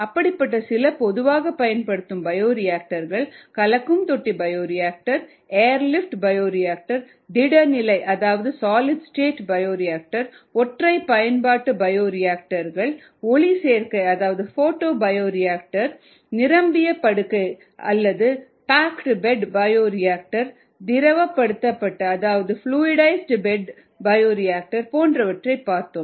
அப்படிப்பட்ட சில பொதுவாகப் பயன்படுத்தப்படும் பயோரியாக்டர்கள் கலக்கும் தொட்டிபயோரியாக்டர் ஏர் லிப்ட் பயோரியாக்டர் திட நிலை அதாவது சாலிட் ஸ்டேட் பயோரியாக்டர் ஒற்றை பயன்பாட்டு பயோரியாக்டர் ஒளிச்சேர்க்கை அதாவது போட்டோ பயோரியாக்டர் நிரம்பிய படுக்கை அல்லது பாக்டு பெட் பயோரியாக்டர் திரவப்படுத்தப்பட்ட அதாவது ப்ளூஇட்ஐஸ்ட் பெட் பயோரியாக்டர் போன்றவற்றை பார்த்தோம்